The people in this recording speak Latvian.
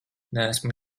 neesmu